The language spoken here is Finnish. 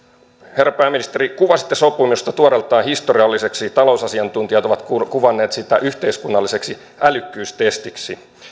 herra pääministeri kuvasitte sopua tuoreeltaan historialliseksi talousasiantuntijat ovat kuvanneet sitä yhteiskunnalliseksi älykkyystestiksi